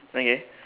okay